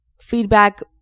feedback